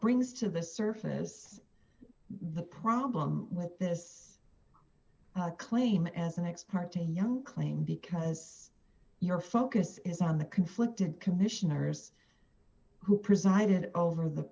brings to the surface the problem with this claim as an ex parte young claim because your focus is on the conflicted commissioners who presided over the